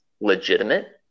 legitimate